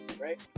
right